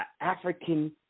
African